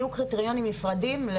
יהיו קריטריונים נפרדים,